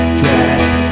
dressed